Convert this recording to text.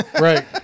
Right